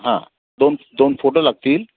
हां दोन दोन फोटो लागतील